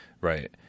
Right